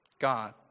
God